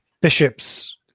Bishop's